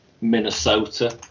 Minnesota